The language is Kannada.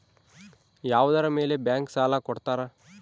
ಯಾವುದರ ಮೇಲೆ ಬ್ಯಾಂಕ್ ಸಾಲ ಕೊಡ್ತಾರ?